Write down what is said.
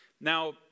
Now